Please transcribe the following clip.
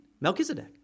Melchizedek